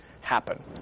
happen